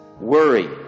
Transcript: worry